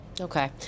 Okay